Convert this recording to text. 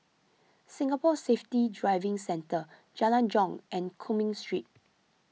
Singapore Safety Driving Centre Jalan Jong and Cumming Street